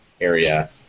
area